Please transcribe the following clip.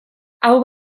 hau